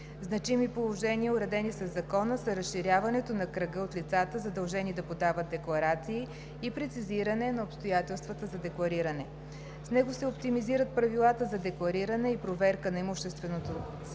Значими положения, уредени със закона, са разширяването на кръга от лицата, задължени да подават декларации, и прецизиране на обстоятелства за деклариране. С него се оптимизират правилата за деклариране и проверката на имущественото състояние,